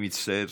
אני מצטער,